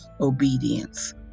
obedience